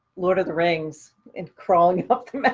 lord of the rings and crawling up the